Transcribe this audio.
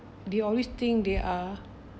the only thing they are